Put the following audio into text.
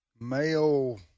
Male